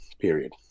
period